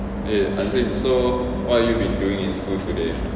eh hazim so what have you been doing in school today